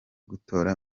gutora